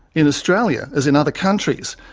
in australia, as in other countries,